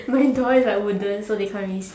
my door is like wooden so they can't really see